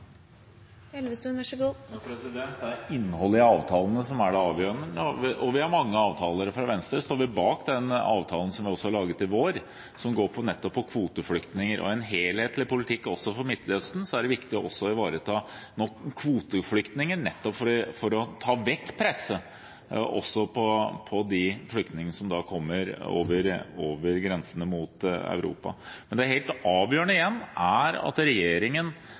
Elvestuen har hatt ordet to ganger tidligere og får ordet til en kort merknad, begrenset til 1 minutt. Det er innholdet i avtalene som er det avgjørende, og vi har mange avtaler. Fra Venstres side står vi også bak den avtalen som vi laget i vår, som går nettopp på kvoteflyktninger. I en helhetlig politikk for Midtøsten er det viktig også å ivareta kvoteflyktninger, nettopp for å ta vekk presset også på de flyktningene som kommer over grensene mot Europa. Men det helt avgjørende igjen er at regjeringen